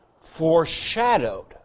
foreshadowed